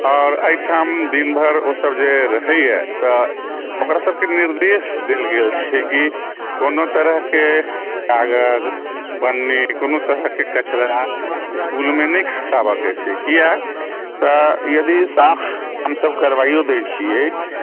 आओर एहिठाम दिन भरि ओसब जे रहैए तऽ ओकरा सबके निर्देश देल गेल छै कि कोनो तरहके कागज पन्नी कोनो तरहके कचरा इसकुलमे नहि खसाबऽ के छै कियाकि यदि साफ हमसब करबाइओ दै छिए